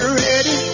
ready